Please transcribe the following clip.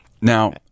now